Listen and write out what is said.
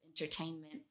entertainment